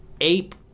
ape